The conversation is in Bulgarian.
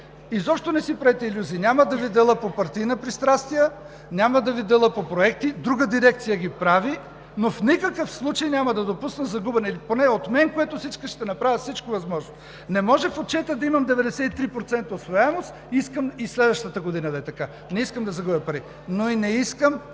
Изобщо не си правете илюзии. Няма да Ви деля по партийни пристрастия, няма да Ви деля по проекти – друга дирекция ги прави. Но в никакъв случай няма да допусна загуба, или поне от мен което зависи – ще направя всичко възможно. Не може в отчета да имам 93% усвояемост – искам и следващата година да е така. Не искам да загубя пари. (Реплика